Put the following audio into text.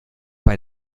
bei